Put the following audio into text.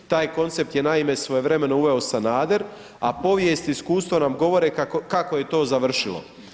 Taj koncept je naime svojevremeno uveo Sanader a povijest i iskustvo nam govore kako je to završilo.